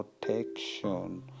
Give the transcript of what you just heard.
protection